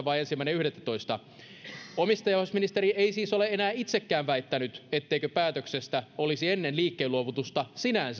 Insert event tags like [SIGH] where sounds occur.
[UNINTELLIGIBLE] vai ensimmäinen yhdettätoista omistajaohjausministeri ei siis ole enää itsekään väittänyt etteikö päätöksestä olisi ennen liikkeenluovutusta